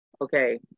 Okay